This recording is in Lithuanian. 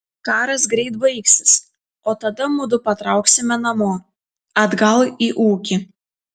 karas greit baigsis o tada mudu patrauksime namo atgal į ūkį